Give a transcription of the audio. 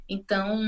Então